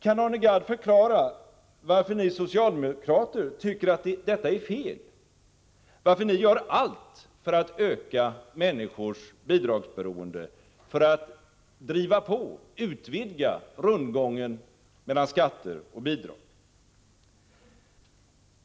Kan Arne Gadd förklara varför ni socialdemokrater tycker att detta är fel, och varför ni gör allt för att öka människors bidragsberoende och för att driva på och utvidga rundgången mellan skatter och bidrag?